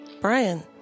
Brian